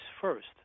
first